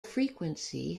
frequency